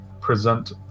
present